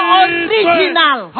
original